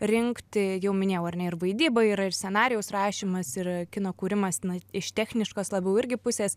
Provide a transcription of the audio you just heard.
rinkti jau minėjau ar ne ir vaidyba yra ir scenarijaus rašymas ir kino kūrimas na iš technišks labiau irgi pusės